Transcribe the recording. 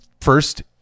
first